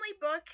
book